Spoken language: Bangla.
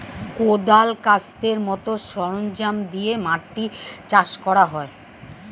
কোদাল, কাস্তের মত সরঞ্জাম দিয়ে মাটি চাষ করা হয়